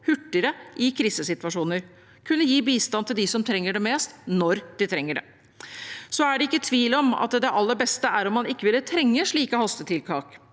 hurtigere i krisesituasjoner og til å kunne gi bistand til dem som trenger det mest, når de trenger det. Det er ikke tvil om at det aller beste er om man ikke ville trenge slike hastetiltak,